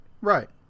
Right